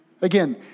again